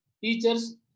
Teachers